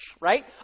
Right